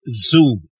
Zoom